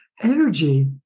energy